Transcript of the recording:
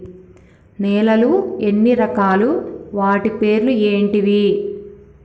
నేలలు ఎన్ని రకాలు? వాటి పేర్లు ఏంటివి?